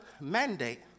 mandate